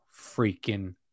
freaking